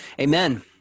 amen